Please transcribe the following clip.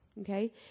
okay